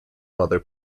mother